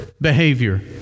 behavior